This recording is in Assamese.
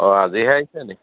অঁ আজিহে আহিছে নি